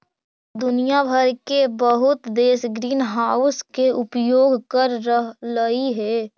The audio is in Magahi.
दुनिया भर के बहुत देश ग्रीनहाउस के उपयोग कर रहलई हे